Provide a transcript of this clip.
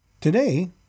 Today